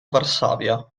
varsavia